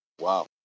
Wow